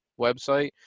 website